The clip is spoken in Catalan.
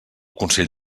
consell